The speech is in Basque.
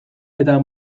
eta